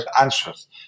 answers